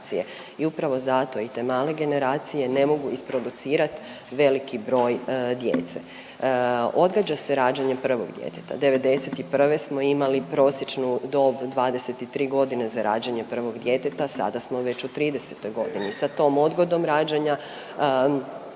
i upravo zato i te male generacije ne mogu isproducirat veliki broj djece. Odgađa se rađanje prvog djeteta 91. smo imali prosječnu dob 23 godine za rađanje prvog djeteta, sada smo već u 30 godini sa tom odgodom rađanja